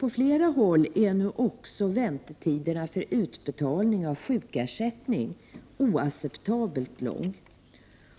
På flera håll är nu också väntetiderna för utbetalning av sjukersättning oacceptabelt långa,